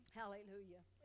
hallelujah